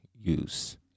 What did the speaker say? use